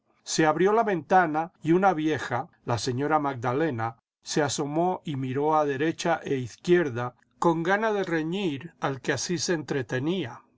se abrió la ventana y una vieja la señora magdalena se asomó y miró a derecha e izquierda con gana de reñir al que así se entretenía